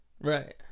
Right